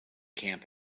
camp